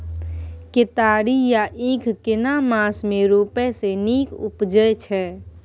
केतारी या ईख केना मास में रोपय से नीक उपजय छै?